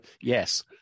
yes